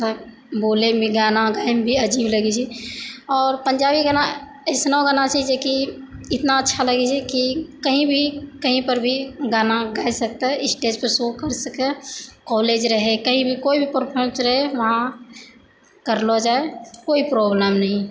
बोलैमे गाना गाबैमे भी अजीब लगै छै आओर पंजाबी गाना अइसनो गाना छै जेकि इतना अच्छा लगै छै जेकि कहीँ भी कहीँपर भी गाना गाबि सकतै स्टेजपर शो कर सकै कॉलेज रहै कहीँ भी कोइ भी प्रोग्राम चलै वहाँ करलो जाइ कोइ प्रॉब्लम नहि